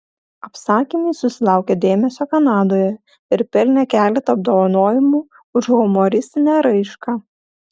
apsakymai susilaukė dėmesio kanadoje ir pelnė keletą apdovanojimų už humoristinę raišką